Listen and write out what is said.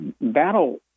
battle